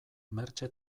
mertxe